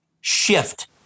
shift